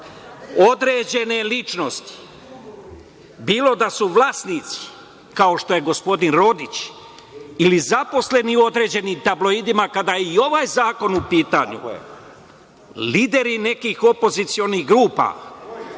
Određene ličnosti, bilo da su vlasnici, kao što je gospodin Rodić, ili zaposleni u određenim tabloidima, kada je i ovaj zakon u pitanju, lideri nekih opozicionih grupa,